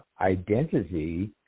identity